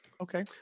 Okay